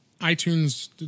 iTunes